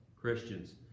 Christians